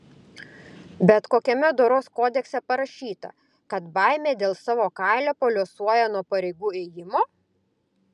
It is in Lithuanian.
bet kokiame doros kodekse parašyta kad baimė dėl savo kailio paliuosuoja nuo pareigų ėjimo